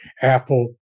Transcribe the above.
Apple